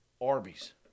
Arby's